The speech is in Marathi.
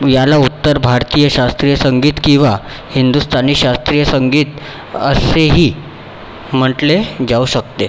याला उत्तर भारतीय शास्त्रीय संगीत किंवा हिंदुस्तानी शास्त्रीय संगीत असेही म्हटले जाऊ शकते